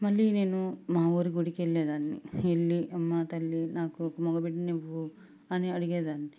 మళ్లీ నేను మా ఊరి గుడికి వెళ్లేదాన్ని వెళ్లి అమ్మా తల్లి నాకు ఒక మగ బిడ్డనివ్వు అని అడిగేదాన్ని